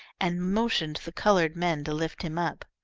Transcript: and motioned the coloured men to lift him up.